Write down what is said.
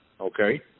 okay